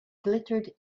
glittered